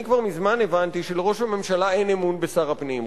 אני כבר מזמן הבנתי שלראש הממשלה אין אמון בשר הפנים.